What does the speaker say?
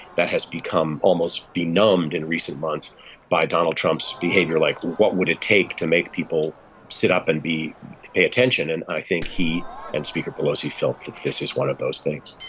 that has become almost be numbed in recent months by donald trump's behavior like what would it take to make people sit up and be pay attention and i think he and speaker pelosi felt that this is one of those things